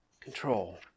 control